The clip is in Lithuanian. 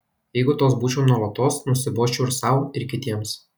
jeigu toks būčiau nuolatos nusibosčiau ir sau ir kitiems